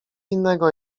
innego